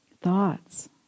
thoughts